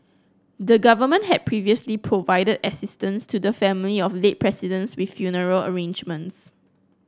the Government has previously provided assistance to the family of late Presidents with funeral arrangements